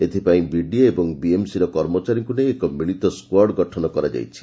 ଏଥିପାଇଁ ବିଡିଏ ଓ ବିଏମ୍ସିର କର୍ମଚାରୀଙ୍କୁ ନେଇ ଏକ ମିଳିତ ସ୍ୱାର୍ଡ ଗଠନ କରାଯାଇଛି